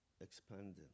expanding